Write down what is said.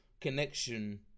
connection